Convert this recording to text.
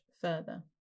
further